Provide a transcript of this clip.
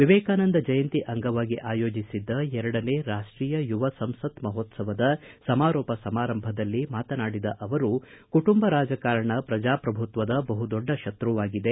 ವಿವೇಕಾನಂದ ಜಯಂತಿ ಅಂಗವಾಗಿ ಆಯೋಜಿಸಿದ್ದ ಎರಡನೇ ರಾಷ್ಟೀಯ ಯುವ ಸಂಸತ್ ಮಹೋತ್ಸವದ ಸಮಾರೋಪ ಸಮಾರಂಭದಲ್ಲಿ ಮಾತನಾಡಿದ ಅವರು ಕುಟುಂಬ ರಾಜಕಾರಣ ಪ್ರಜಾಪ್ರಭುತ್ವದ ಬಹುದೊಡ್ಡ ಶತ್ರುವಾಗಿದೆ